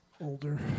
older